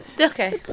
Okay